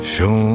Show